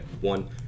One